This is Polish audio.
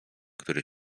który